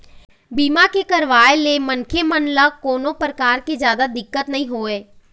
बीमा के करवाय ले मनखे मन ल कोनो परकार के जादा दिक्कत नइ होवय